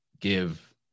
give